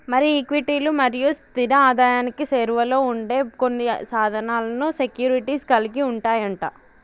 మరి ఈక్విటీలు మరియు స్థిర ఆదాయానికి సేరువలో ఉండే కొన్ని సాధనాలను సెక్యూరిటీస్ కలిగి ఉంటాయి అంట